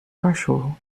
cachorro